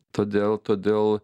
todėl todėl